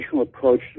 approach